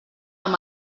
amb